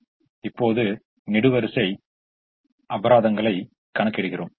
இப்போது நெடுவரிசை அபராதங்களை கணக்கிடுகிறோம்